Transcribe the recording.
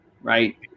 right